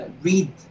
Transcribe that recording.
read